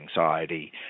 anxiety